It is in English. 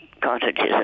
cartridges